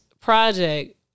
project